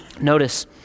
notice